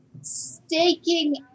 staking